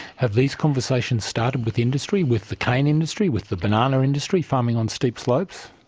have these conversations started with industry, with the cane industry, with the banana industry farming on steep slopes?